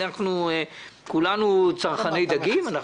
כולנו צרכני דגים.